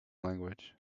language